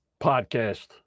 podcast